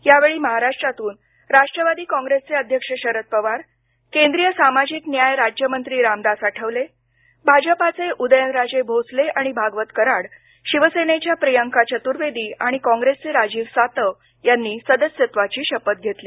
यावेळी महाराष्ट्रातून राष्ट्रवादी काँग्रेसचे अध्यक्ष शरद पवार केंद्रीय सामाजिक न्याय राज्यमंत्री रामदास आठवले भाजपाचे उदयनराजे भोसले आणि भागवत कराड शिवसेनेच्या प्रियंका चतुर्वेदी आणि काँप्रेसचे राजीव सातव यांनी सदस्यत्वाची शपथ घेतली